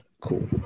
Cool